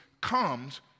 comes